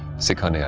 second yeah